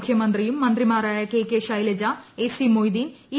മുഖ്യമന്ത്രിയും മന്ത്രിമാരായ K K Shailaja A C Moideen E